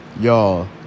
Y'all